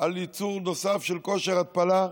על ייצור נוסף של כושר התפלה,